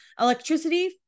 electricity